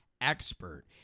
expert